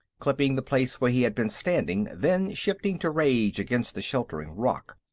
clipping the place where he had been standing, then shifting to rage against the sheltering rock.